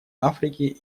африке